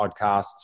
podcasts